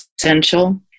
essential